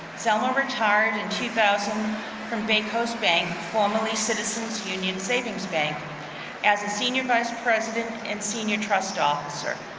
zelma retired in two thousand from bay coast bank, formally citizen's union savings bank as a senior vice president and senior trust officer.